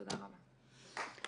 תודה רבה.